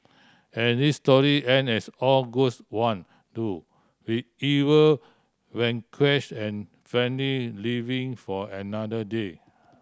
and this story end as all goods one do with evil vanquish and living for another day